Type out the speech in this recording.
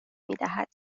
میدهد